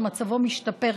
שמצבו משתפר,